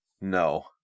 No